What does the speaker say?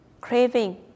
craving